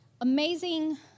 amazing